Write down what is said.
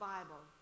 Bible